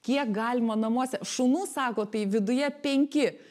kiek galima namuose šunų sako tai viduje penki